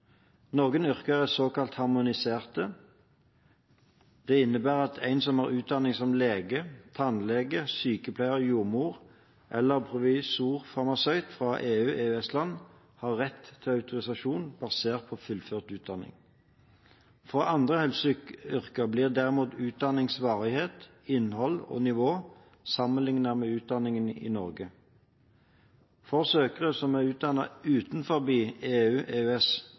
Noen yrker er såkalt harmoniserte. Det innebærer at en som har utdanning som lege, tannlege, sykepleier, jordmor eller provisorfarmasøyt fra et EU/EØS-land, har rett til autorisasjon basert på fullført utdanning. For andre helseyrker blir derimot utdanningenes varighet, innhold og nivå sammenlignet med utdanningen i Norge. For søkere som er